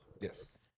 Yes